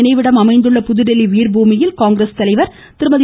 நினைவிடம் அமைந்துள்ள புதுதில்லி வீர்பூமியில் காங்கிரஸ் ராஜீவ்காந்தி தலைவர் திருமதி